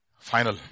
Final